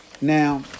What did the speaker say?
Now